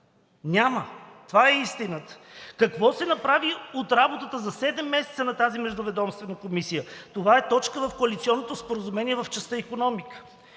Няма! Това е истината. Какво се направи от работата за седем месеца на тази междуведомствена комисия? Това е точка в коалиционното споразумение в частта „Икономика“.